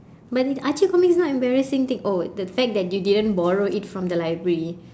but it archie comics is not embarrassing thing oh the fact that you didn't borrow it from the library